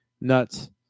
nuts